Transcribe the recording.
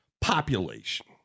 population